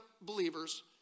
believers